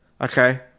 okay